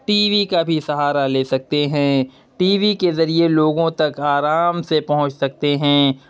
T V کا بھی سہارا لے سکتے ہیں ٹی وی کے ذریعے لوگوں تک آرام سے پہنچ سکتے ہیں